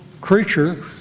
creature